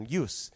use